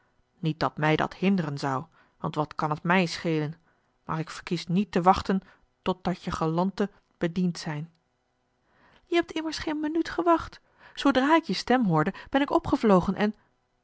niet dat mij dat hinderen zou want wat kan t mij schelen maar ik verkies niet te wachten totdat je galanten bediend zijn je hebt immers geen minuut gewacht zoodra ik je stem hoorde ben ik opgevlogen en